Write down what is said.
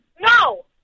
No